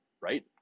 right